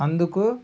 అందుకు